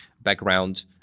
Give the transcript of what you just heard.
background